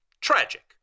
tragic